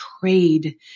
trade